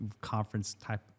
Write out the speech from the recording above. conference-type